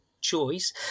choice